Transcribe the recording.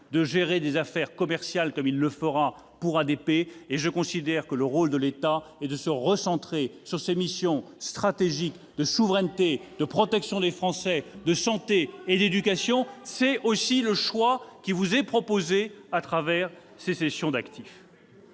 de gérer des affaires commerciales, comme il le fera pour ADP, et je considère que le rôle de l'État est de se recentrer sur ses missions stratégiques de souveraineté, de protection des Français, de santé et d'éducation. C'est aussi le choix qui vous est proposé au travers de ces cessions d'actifs.